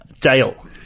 Dale